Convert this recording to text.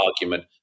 argument